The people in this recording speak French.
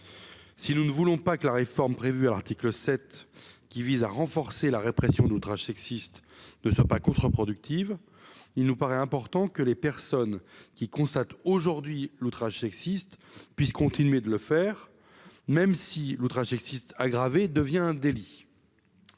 Si nous ne voulons pas que la réforme prévue à l'article 7, qui vise à renforcer la répression d'outrage sexiste, ne soit pas contre-productive, il nous paraît important que les personnes constatant aujourd'hui l'outrage sexiste puissent continuer de le faire, même si l'outrage sexiste aggravé devient un délit.